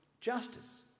justice